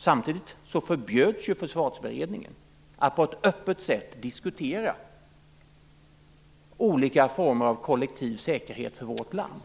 Samtidigt förbjöds ju Försvarsberedningen att på ett öppet sätt diskutera olika former av kollektiv säkerhet för vårt land.